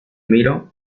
miro